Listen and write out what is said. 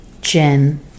Jen